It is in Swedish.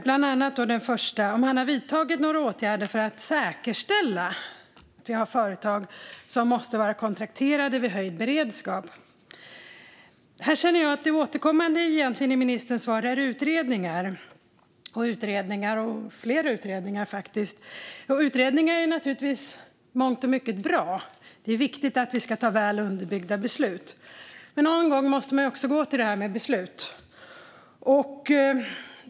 Den första frågan var om han har vidtagit några åtgärder för att säkerställa att vi har företag som måste vara kontrakterade vid höjd beredskap. Här känner jag att det återkommande svaret från ministern är utredningar, utredningar och fler utredningar. Utredningar är naturligtvis bra i mångt och mycket - det är viktigt att vi tar väl underbyggda beslut - men någon gång måste man just gå till beslut.